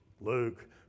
Luke